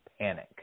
panic